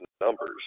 numbers